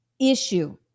issue